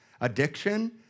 addiction